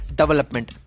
development